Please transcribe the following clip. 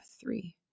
three